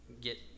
get